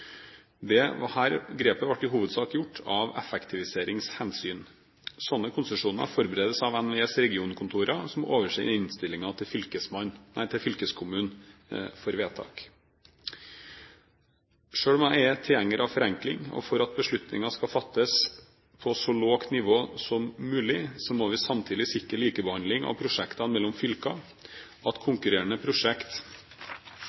grepet ble i hovedsak gjort av effektiviseringshensyn. Slike konsesjonssaker forberedes av NVEs regionkontorer, som oversender innstilling til fylkeskommunen for vedtak. Selv om jeg er tilhenger av forenkling og av at beslutninger skal fattes på så lavt nivå som mulig, må vi samtidig sikre likebehandling av prosjekter mellom fylker, sikre at